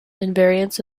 invariants